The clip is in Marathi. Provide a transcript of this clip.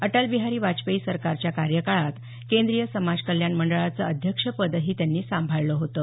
अटलबिहारी वाजपेयी सरकारच्या कार्यकाळात केंद्रीय समाज कल्याण मंडळाचं अध्यक्षपदही त्यांनी सांभाळलं होतं